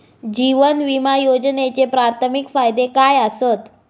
जीवन विमा योजनेचे प्राथमिक फायदे काय आसत?